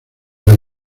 las